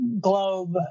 globe